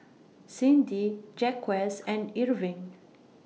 Cyndi Jaquez and Irving